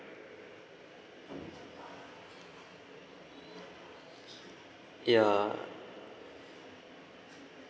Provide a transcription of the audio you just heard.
ya